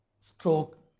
stroke